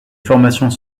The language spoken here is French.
formations